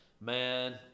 man